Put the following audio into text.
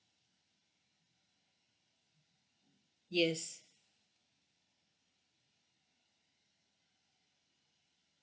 yes